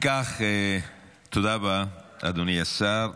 תודה רבה, אדוני השר.